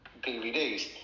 DVDs